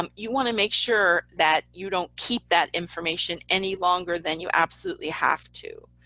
um you want to make sure that you don't keep that information any longer than you absolutely have to.